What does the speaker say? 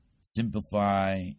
simplify